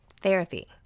Therapy